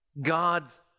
God's